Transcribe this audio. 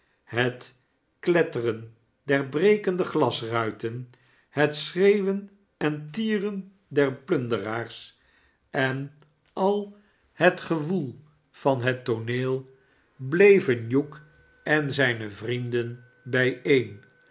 het kletteren der brekende lasruiten het schreeuwen en tieren der plunderaars en al het gewoel van het tooneel bleven hugh en zijne vrienden bijeen